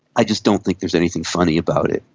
i just don't think there's anything funny about it.